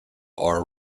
are